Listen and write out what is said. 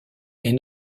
est